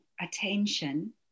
attention